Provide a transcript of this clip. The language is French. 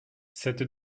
cette